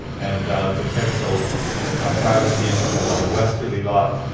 and potential privacy issues along the westerly lot.